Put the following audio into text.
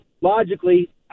logically